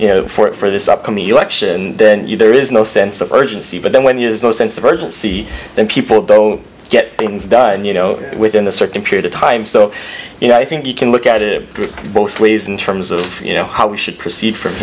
you know for it for this upcoming election then there is no sense of urgency but then when you is no sense of urgency then people don't get things done you know within a certain period of time so you know i think you can look at it through both ways in terms of you know how we should proceed from